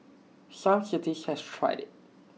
some cities has tried IT